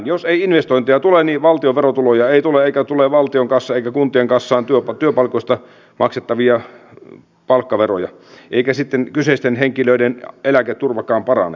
jos ei investointeja tule niin valtion verotuloja ei tule eikä tule valtion kassaan eikä kuntien kassaan työpaikoista maksettavia palkkaveroja eikä sitten kyseisten henkilöiden eläketurvakaan parane